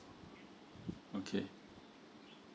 okay